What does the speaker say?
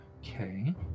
Okay